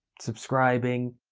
subscribing.